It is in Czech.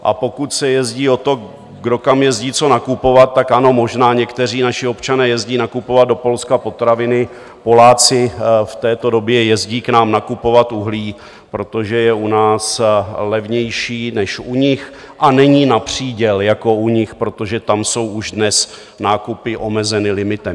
A pokud se jedná o to, kdo kam jezdí co nakupovat, tak ano, možná někteří naši občané jezdí nakupovat do Polska potraviny, Poláci v této době jezdí k nám nakupovat uhlí, protože je u nás levnější než u nich a není na příděl jako u nich, protože tam jsou už dnes nákupy omezeny limitem.